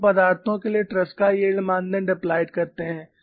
तो उन पदार्थों के लिए ट्रेसका यील्ड मानदंड एप्लाइड करते हैं